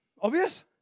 Obvious